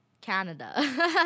Canada